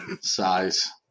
size